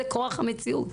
זה כורח המציאות.